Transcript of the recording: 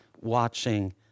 watching